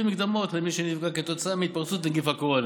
מקדמות למי שנפגע כתוצאה מהתפרצות נגיף הקורונה.